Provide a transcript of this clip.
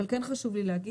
אבל כן חשוב לי להגיד: